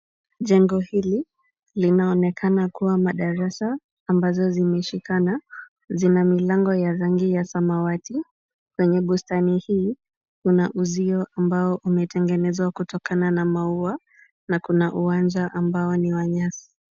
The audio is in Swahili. Jengo hili linaonekana kuwa madarasa ambayo yameshikana, zina milango ya rangi ya samawati, kwenye bustani hii kuna uzio ambao umetengenezwa kutokana na maua na kuna uwanja ambao ni wa nyasi.